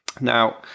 now